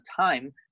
time